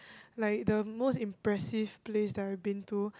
like the most impressive place that I've been to